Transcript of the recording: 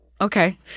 Okay